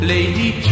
Lady